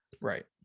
Right